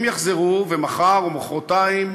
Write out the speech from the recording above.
הם יחזרו, ומחר מחרתיים